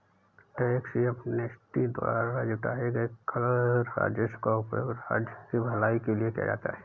tax amnesty द्वारा जुटाए गए कर राजस्व का उपयोग राज्य की भलाई के लिए किया जाता है